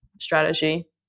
strategy